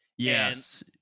yes